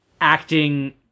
acting